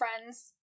friends